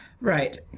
Right